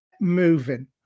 moving